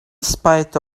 spite